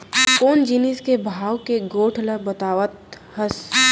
कोन जिनिस के भाव के गोठ ल बतावत हस?